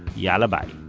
yalla bye